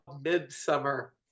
midsummer